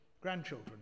grandchildren